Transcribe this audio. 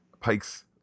Pike's